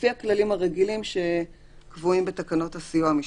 לפי הכללים הרגילים שקבועים בתקנות הסיוע המשפטי.